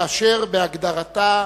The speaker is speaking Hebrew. בהגדרתה,